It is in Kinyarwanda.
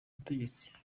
butegetsi